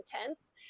intense